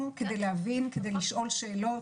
כדי להבין ולשאול שאלות.